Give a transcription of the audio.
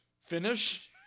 finish